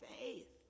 faith